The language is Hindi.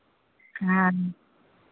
हाँ